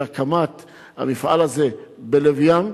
של הקמת המפעל הזה בלב ים.